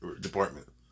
department